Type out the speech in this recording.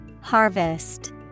Harvest